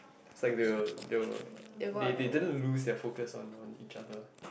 is like they will they will they didn't lose focus on each other